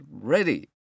Ready